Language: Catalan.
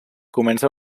comença